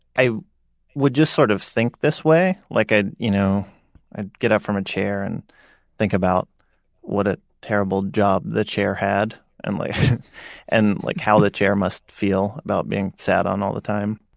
i would just sort of think this way. like ah you know i'd get up from a chair and think about what a terrible job the chair had and like and like how the chair must feel about being sat on all the time.